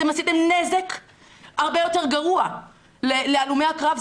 אתם עשיתם נזק הרבה יותר גרוע להלומי הקרב,